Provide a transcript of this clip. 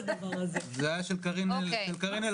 זה היה של קארין אלהרר.